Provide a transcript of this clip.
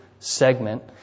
Segment